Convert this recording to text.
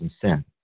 sin